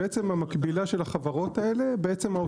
היא בעצם המקבילה של החברות האלה.